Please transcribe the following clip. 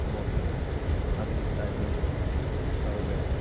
ബോട്ടിൽ അതിൽ ഉണ്ടായിരുന്ന ഒരു ഫ്ളവർ വെയ്സ്